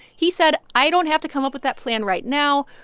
he said, i don't have to come up with that plan right now.